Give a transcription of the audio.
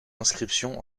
inscriptions